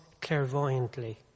clairvoyantly